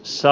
ssä